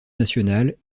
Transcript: national